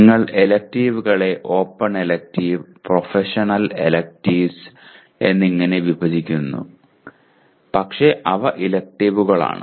നിങ്ങൾ എലക്ടീവ്കളെ open elective professional elective എന്നിങ്ങനെ വിഭജിക്കുന്നു പക്ഷേ അവ എലക്ടീവ്കളാണ്